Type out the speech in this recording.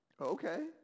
Okay